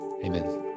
Amen